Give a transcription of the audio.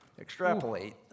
Extrapolate